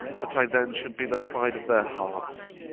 that i then should be the pride of their hearts